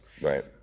Right